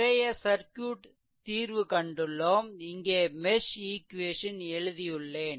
நிறைய சர்க்யூட் தீர்வு கண்டுள்ளோம் இங்கே மெஷ்ஈக்வேசன் எழுதியுள்ளேன்